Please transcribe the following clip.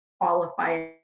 qualify